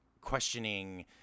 questioning